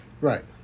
Right